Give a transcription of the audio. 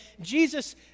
Jesus